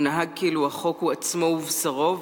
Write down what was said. הוא נהג כאילו החוק הוא עצמו ובשרו,